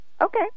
Okay